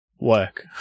work